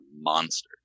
monster